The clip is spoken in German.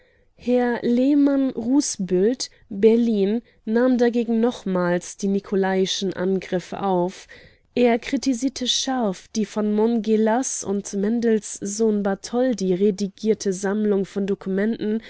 herr lehmann-rußbüldt berlin nahm dagegen nochmals die nicolaischen angriffe auf er kritisierte scharf die von montgelas und mendelssohn-bartholdy redigierte sammlung von dokumenten